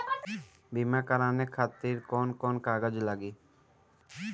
बीमा कराने खातिर कौन कौन कागज लागी?